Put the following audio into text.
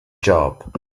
job